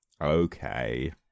Okay